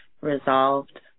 resolved